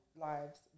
lives